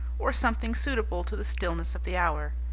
or something suitable to the stillness of the hour.